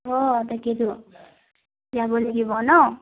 অঁ তাকেইতো যাব লাগিব ন